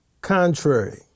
contrary